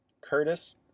Curtis